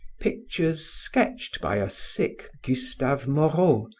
pictures sketched by a sick gustave moreau,